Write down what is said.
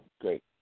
Great